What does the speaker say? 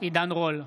עידן רול,